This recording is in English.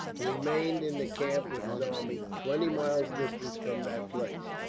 remained in the camp with his army, twenty miles distant from that place.